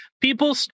People